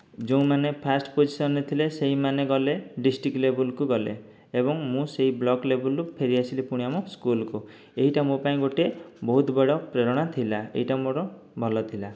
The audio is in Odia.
ଯେଉଁମାନେ ଫାଷ୍ଟ ପୋଜିସନରେ ଥିଲେ ସେଇମାନେ ଗଲେ ଡିଷ୍ଟ୍ରିକ୍ଟ ଲେବଲକୁ ଗଲେ ଏବଂ ମୁଁ ସେଇ ବ୍ଲକ୍ ଲେବଲରୁ ଫେରିଆସିଲି ପୁଣି ଆମ ସ୍କୁଲକୁ ଏଇଟା ମୋ ପାଇଁ ଗୋଟେ ବହୁତ ବଡ଼ ପ୍ରେରେଣା ଥିଲା ଏଇଟା ମୋର ଭଲ ଥିଲା